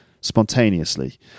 spontaneously